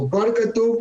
שהוא כבר כתוב,